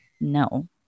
No